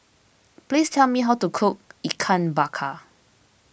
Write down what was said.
please tell me how to cook Ikan Bakar